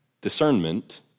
discernment